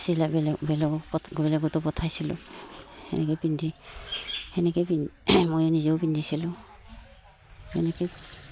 চিলাই বেলেগ বেলেগ বেলেগতো পঠাইছিলোঁ সেনেকৈয়ে পিন্ধি সেনেকৈয়ে পিন্ধি মই নিজেও পিন্ধিছিলোঁ সেনেকৈ